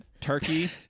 Turkey